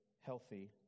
healthy